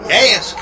Yes